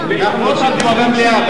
מליאה.